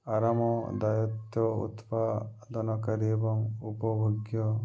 ଆରାମ ଦାୟିତ୍ୱ ଉତ୍ପାଦନକାରୀ ଏବଂ ଉପଭୋଗ୍ୟ